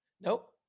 Nope